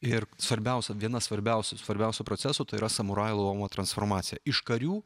ir svarbiausia viena svarbiausių svarbiausių procesų tai yra samurajų luomo transformacija iš karių